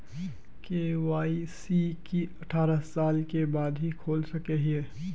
KYC की अठारह साल के बाद ही खोल सके हिये?